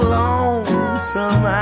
lonesome